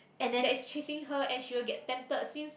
and that is chasing her and she will get tempted since